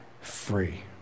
free